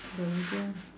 the mother